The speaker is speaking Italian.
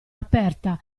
aperta